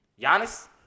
Giannis